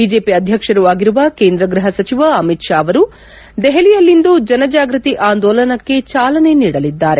BJP ಅಧ್ಯಕ್ಷರೂ ಆಗಿರುವ ಕೇಂದ್ರ ಗೃಹ ಸಚಿವ ಅಮಿತ್ ಶಾ ಅವರು ದೆಹಲಿಯಲ್ಲಿಂದು ಜನಜಾಗ್ಟತಿ ಆಂದೋಲನಕ್ಕೆ ಚಾಲನೆ ನೀಡಲಿದ್ದಾರೆ